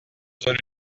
zone